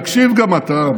תקשיב גם אתה,